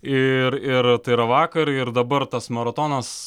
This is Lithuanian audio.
ir ir tai yra vakar ir dabar tas maratonas